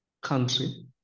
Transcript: country